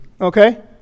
Okay